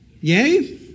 Yay